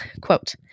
Quote